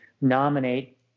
nominate